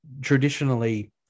traditionally